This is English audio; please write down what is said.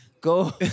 Go